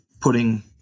putting